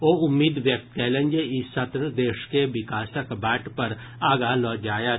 ओ उम्मीद व्यक्त कयलनि जे ई सत्र देश के विकासक बाट पर आगां लऽ जायत